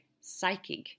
psychic